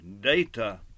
data